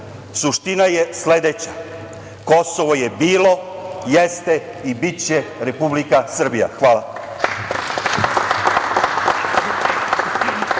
suština. Suština je sledeća, Kosovo je bilo, jeste i biće Republika Srbija. Hvala.